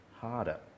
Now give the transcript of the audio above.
harder